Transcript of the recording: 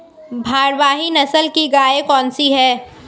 भारवाही नस्ल की गायें कौन सी हैं?